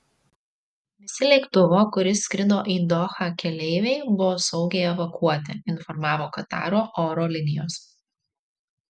visi lėktuvo kuris skrido į dohą keleiviai buvo saugiai evakuoti informavo kataro oro linijos